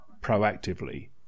proactively